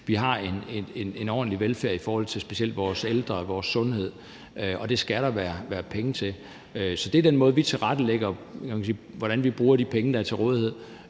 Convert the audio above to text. vi har en ordentlig velfærd i forhold til specielt vores ældre og vores sundhed, og det skal der være penge til. Så det er sådan, vi tilrettelægger den måde, vi bruger de penge, der er til rådighed,